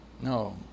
No